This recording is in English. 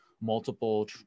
multiple